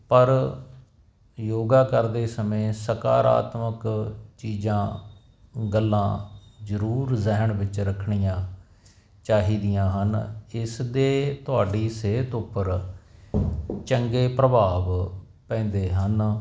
ਪਰ ਯੋਗਾ ਕਰਦੇ ਸਮੇਂ ਸਕਾਰਾਤਮਕ ਚੀਜ਼ਾਂ ਗੱਲਾਂ ਜਰੂਰ ਜਿਹਨ ਵਿੱਚ ਰੱਖਣੀਆਂ ਚਾਹੀਦੀਆਂ ਹਨ ਇਸ ਦੇ ਤੁਹਾਡੀ ਸਿਹਤ ਉੱਪਰ ਚੰਗੇ ਪ੍ਰਭਾਵ ਪੈਂਦੇ ਹਨ